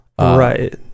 right